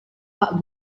pak